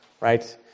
Right